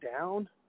down